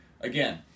again